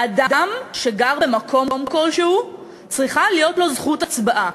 אדם שגר במקום כלשהו, צריכה להיות לו זכות הצבעה,